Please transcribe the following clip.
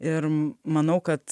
ir manau kad